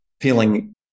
feeling